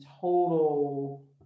total